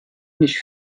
mich